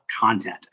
content